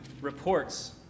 reports